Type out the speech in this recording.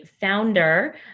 founder